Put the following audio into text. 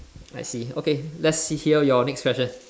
I see okay let's see here your next question